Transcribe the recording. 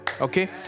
Okay